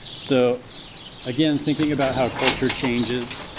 so again thinking about how culture changes,